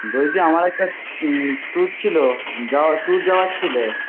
বলছি আমার একটা ট্যুর ছিল যাওয়ার ট্যুর যাওয়ার ছিল